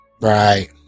Right